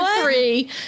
three